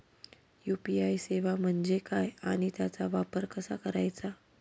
UPI सेवा म्हणजे काय आणि त्याचा वापर कसा करायचा?